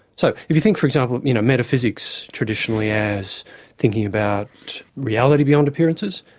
so if you think for example you know metaphysics traditionally as thinking about reality beyond appearances,